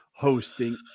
hosting